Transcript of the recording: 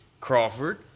Crawford